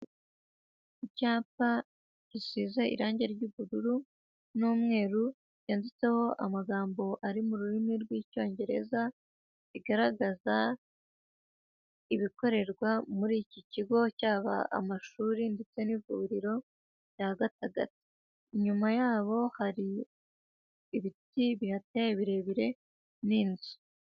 Icyapa gisize irangi ry'ubururu n'umweru, yanditseho amagambo ari mu rurimi rw'icyongereza, igaragaza ibikorerwa muri iki kigo cyaba amashuri, ndetse n'ivuriro rya Gatagara, inyuma yabo hari ibiti bihateye birebire n'inzu.